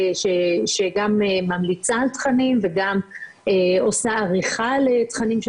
שגם ממליצה על תכנים וגם עושה עריכה לתכנים.